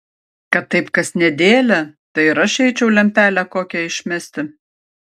kad taip kas nedėlią tai ir aš eičiau lempelę kokią išmesti